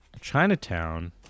chinatown